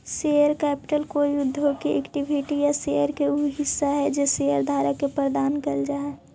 share capital कोई उद्योग के इक्विटी या शहर के उ हिस्सा हई जे शेयरधारक के प्रदान कैल जा हई